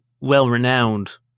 well-renowned